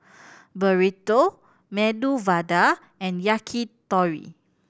Burrito Medu Vada and Yakitori